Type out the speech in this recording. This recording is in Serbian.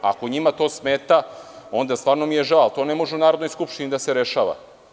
Ako njima to smeta, stvarno mi je žao, ali to ne može u Narodnoj skupštini da se rešava.